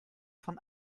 von